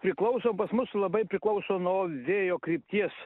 priklauso pas mus labai priklauso nuo vėjo krypties